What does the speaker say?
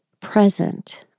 present